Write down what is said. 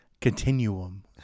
continuum